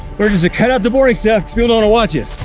where does it cut out the boring stuff to build on to watch it?